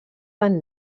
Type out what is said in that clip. van